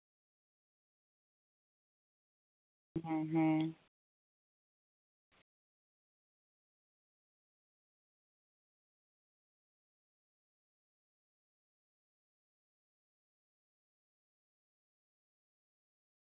ᱦᱮᱸ ᱦᱮᱸ